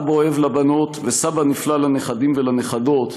אבא אוהב לבנות וסבא נפלא לנכדים ולנכדות.